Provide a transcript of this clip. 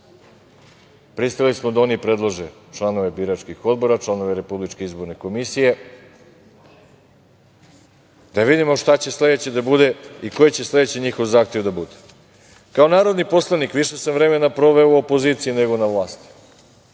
Pristali smo da oni predlože članove biračkih odbora, članove Republičke izborne komisije, da vidimo šta će sledeće da bude i koji će sledeći njihov zahtev da bude. Kao narodni poslanik više sam vremena proveo u opoziciji nego na vlasti.